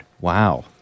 Wow